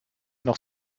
noch